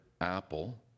apple